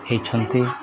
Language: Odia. ହେଇଛନ୍ତି